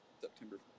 September